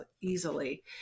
easily